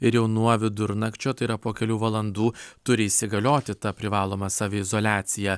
ir jau nuo vidurnakčio tai yra po kelių valandų turi įsigalioti ta privaloma saviizoliacija